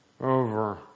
over